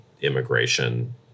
immigration